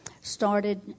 started